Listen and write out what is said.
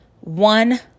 One